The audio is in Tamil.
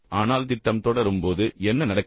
ஆனால் திட்டம் தொடரும்போது என்ன நடக்கிறது